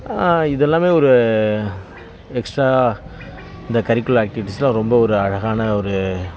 இதெல்லாம் ஒரு எக்ஸ்ட்ரா இந்த கரிக்குலர் ஆக்டிவிட்டிஸ்லாம் ரொம்ப ஒரு அழகான ஒரு